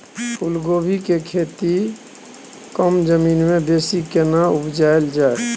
फूलकोबी के खेती कम जमीन मे बेसी केना उपजायल जाय?